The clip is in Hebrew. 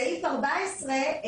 סעיף 14,